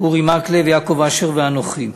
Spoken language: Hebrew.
אורי מקלב, יעקב אשר ואנוכי.